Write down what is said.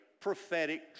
prophetic